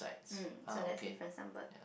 mm so that's difference number